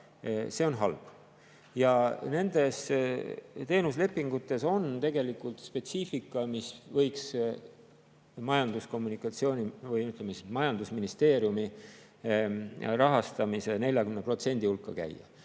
see on halb. Ja nendes teenuslepingutes on tegelikult spetsiifika, mis võiks, ütleme, majandusministeeriumi rahastamise 40% hulka käia.